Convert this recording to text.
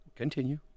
Continue